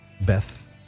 beth